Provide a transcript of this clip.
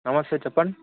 నమస్తే చెప్పండి